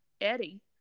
Eddie